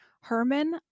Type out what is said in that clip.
Herman